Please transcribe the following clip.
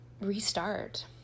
restart